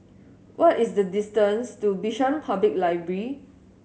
what is the distance to Bishan Public Library